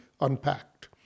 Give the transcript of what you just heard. unpacked